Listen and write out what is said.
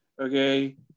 okay